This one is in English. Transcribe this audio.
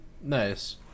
Nice